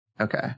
Okay